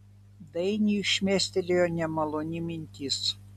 dainiui šmėstelėjo nemaloni mintis